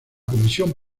comisión